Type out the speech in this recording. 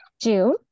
June